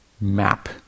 map